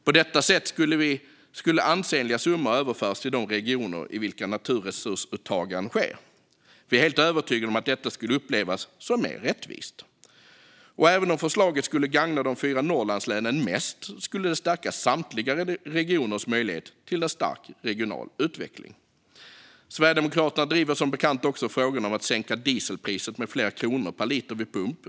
På detta sätt skulle ansenliga summor överföras till de regioner i vilka naturresursuttagen sker. Vi är helt övertygade om att detta skulle upplevas som mer rättvist. Även om förslaget skulle gagna de fyra Norrlandslänen mest skulle det stärka samtliga regioners möjlighet till en stark regional utveckling. Sverigedemokraterna driver som bekant också frågan om att sänka dieselpriset med flera kronor per liter vid pump.